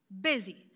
busy